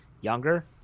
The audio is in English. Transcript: younger